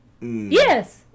Yes